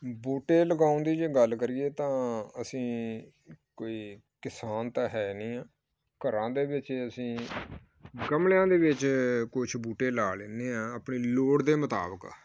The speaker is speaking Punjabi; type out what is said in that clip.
ਬੂਟੇ ਲਗਾਉਣ ਦੀ ਜੇ ਗੱਲ ਕਰੀਏ ਤਾਂ ਅਸੀਂ ਕੋਈ ਕਿਸਾਨ ਤਾਂ ਹੈ ਨਹੀਂ ਹਾਂ ਘਰਾਂ ਦੇ ਵਿੱਚ ਅਸੀਂ ਗਮਲਿਆਂ ਦੇ ਵਿੱਚ ਕੁਛ ਬੂਟੇ ਲਾ ਲੈਂਦੇ ਹਾਂ ਆਪਣੀ ਲੋੜ ਦੇ ਮੁਤਾਬਿਕ